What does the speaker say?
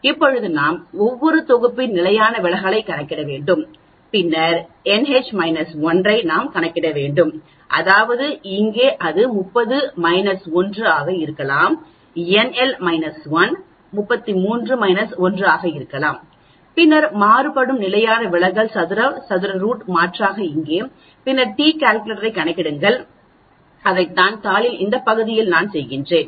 இப்போது நாம் ஒவ்வொரு தொகுப்பின் நிலையான விலகலைக் கணக்கிட வேண்டும் பின்னர் இந்த n H 1 ஐ நாம் கணக்கிட வேண்டும் அதாவது இங்கே அது 30 1 ஆக இருக்கலாம் nL 1 33 1 ஆக இருக்கலாம் பின்னர் மாறுபடும் நிலையான விலகல் சதுரம் சதுர ரூட் மாற்றாக இங்கே பின்னர் டி கால்குலேட்டரைக் கணக்கிடுங்கள் அதைத்தான் தாளின் இந்த பகுதியில் செய்கிறேன்